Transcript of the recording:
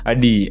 Adi